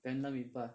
random people